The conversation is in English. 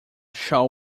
shall